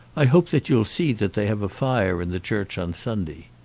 i hope that you'll see that they have a fire in the church on sunday.